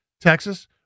Texas